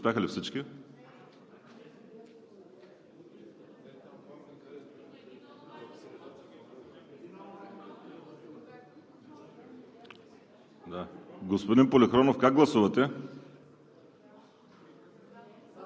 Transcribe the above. Господин Полихронов, как гласувате?